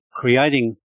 creating